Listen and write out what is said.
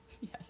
Yes